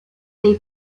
they